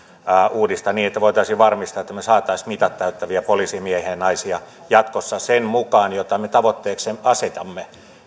uudistetaan niin että me saisimme mitat täyttäviä poliisimiehiä ja naisia jatkossa sen mukaan mitä me tavoitteeksemme asetamme